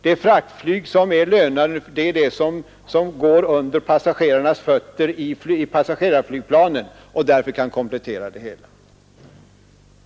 Den flygfrakt som är lönande är den som går ”under passagerarnas fötter” i passagerarflygplanen och kompletterar denna trafik.